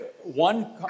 one